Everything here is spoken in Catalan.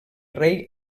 rei